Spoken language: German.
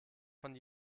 von